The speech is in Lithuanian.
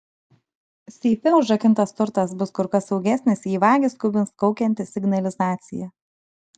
seife užrakintas turtas bus kur kas saugesnis jei vagį skubins kaukianti signalizacija